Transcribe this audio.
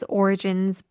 origins